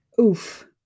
Oof